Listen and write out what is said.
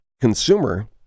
consumer